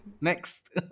Next